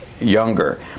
younger